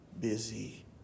busy